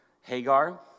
Hagar